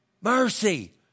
Mercy